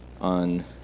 on